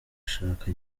ashaka